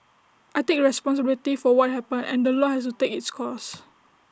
I take responsibility for what happened and the law has to take its course